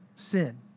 Sin